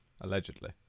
allegedly